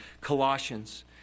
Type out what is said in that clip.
Colossians